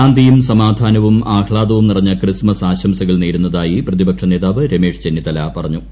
ശാന്തിയും സമാധാനവും ആഹ്ലാദവും നിറഞ്ഞ ക്രിസ്തുമസ് ആശംസകൾ നേരുന്നതായി പ്രതിപക്ഷ നേതാവ് രമേശ് ചെന്നിത്തല പറഞ്ഞു